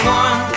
one